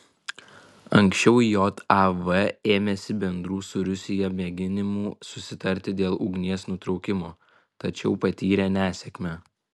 anksčiau jav ėmėsi bendrų su rusija mėginimų susitarti dėl ugnies nutraukimo tačiau patyrė nesėkmę